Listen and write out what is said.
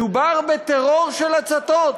מדובר בטרור של הצתות,